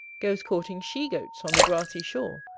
goes courting she-goats on the grassy shore,